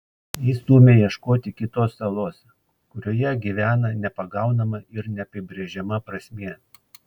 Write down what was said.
ji stumia ieškoti kitos salos kurioje gyvena nepagaunama ir neapibrėžiama prasmė